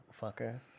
fucker